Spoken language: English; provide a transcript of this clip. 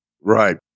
Right